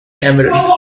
emerald